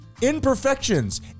imperfections